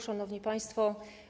Szanowni Państwo!